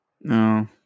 No